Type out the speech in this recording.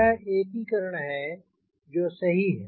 यह एकीकरण है जो सही है